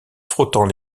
frottant